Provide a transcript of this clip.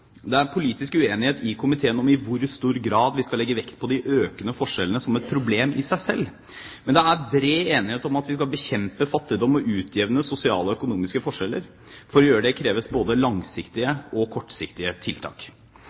Det er politisk uenighet i komiteen om i hvor stor grad vi skal legge vekt på de økende forskjellene som et problem i seg selv. Men det er bred enighet om at vi skal bekjempe fattigdom og utjevne sosiale og økonomiske forskjeller. For å gjøre det kreves det både langsiktige og kortsiktige tiltak.